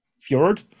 fjord